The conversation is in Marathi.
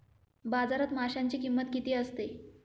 बाजारात माशांची किंमत किती असते?